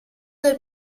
del